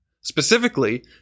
specifically